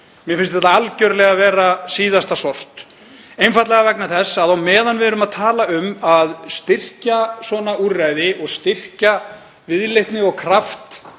Mér finnst þetta algjörlega síðasta sort, einfaldlega vegna þess að á meðan við erum að tala um að styrkja svona úrræði og styrkja viðleitni og kraft